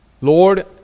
Lord